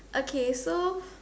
okay so